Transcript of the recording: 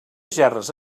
gerres